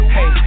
Hey